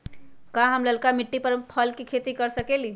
का हम लालका मिट्टी में फल के खेती कर सकेली?